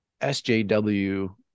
SJW